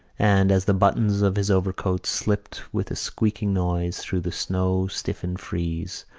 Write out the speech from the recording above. and, as the buttons of his overcoat slipped with a squeaking noise through the snow-stiffened frieze,